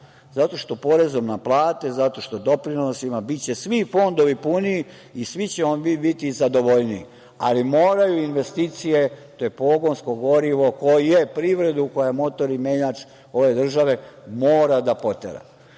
Zato što porezom na plate, zato što doprinosima biće svi fondovi puniji i svi ćemo mi biti zadovoljniji, ali moraju investicije, to je pogonsko gorivo koje privredu koja je motor i menjač ove države mora da